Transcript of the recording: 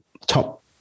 top